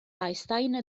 einstein